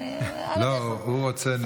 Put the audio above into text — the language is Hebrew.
הוא רוצה נפרד.